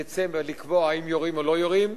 בדצמבר, לקבוע אם יורים או לא יורים.